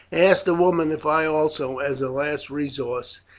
ask the woman if i also, as a last resource,